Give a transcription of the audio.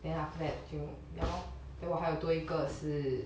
then after that 就 ya lor then 我还有多一个是